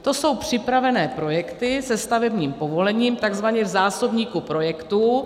To jsou připravené projekty se stavebním povolením, takzvaně v zásobníku projektů.